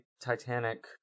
Titanic